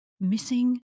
Missing